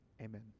Amen